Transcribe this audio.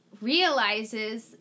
realizes